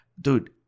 Dude